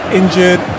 injured